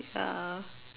ya